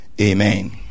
Amen